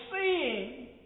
seeing